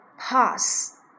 pass